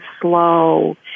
slow